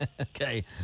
Okay